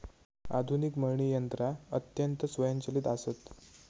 आधुनिक मळणी यंत्रा अत्यंत स्वयंचलित आसत